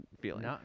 feeling